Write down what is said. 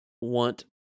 want